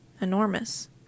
Enormous